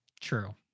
true